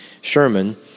Sherman